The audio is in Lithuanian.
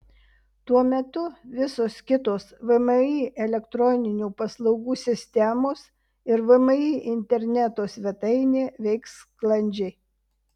tuo metu visos kitos vmi elektroninių paslaugų sistemos ir vmi interneto svetainė veiks sklandžiai